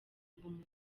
ubumuntu